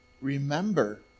remember